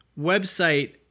website